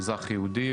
מאזרח יהודי,